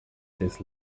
his